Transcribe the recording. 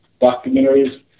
documentaries